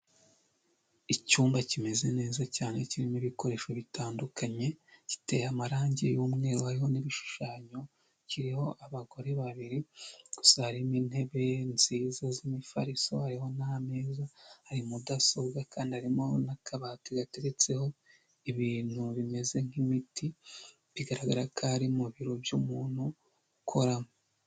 Icyumba kimeze neza cyane kirimo ibikoresho bitandukanye, giteye amarangi y'umweru hariho n'ibishushanyo, kiriho abagore babiri gusa harimo intebe nziza zimifariso, hariho n'ameza, hari mudasobwa kandi harimo n'akabati gateretseho ibintu bimeze nk'imiti bigaragara ko ari mu biro by'umuntu ukoramo.